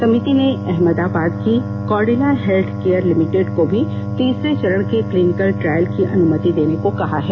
समिति ने अहमदाबाद की कैडिला हेल्थकेयर लिमिटेड को भी तीसरे चरण के क्लिनिकल ट्रायल को अनुमति देने को कहा है